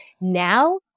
Now